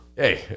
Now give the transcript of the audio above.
Hey